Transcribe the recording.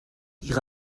ihre